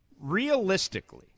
Realistically